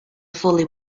fully